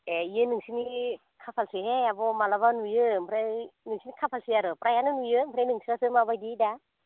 एह इयो नोंसिनि खाफालसैहाय आब' मालाबा नुयो ओमफ्राय नोंसिनि खाफालसै आरो फ्रायआनो नुयो आमफ्राय नोंस्रासो माबायदि दा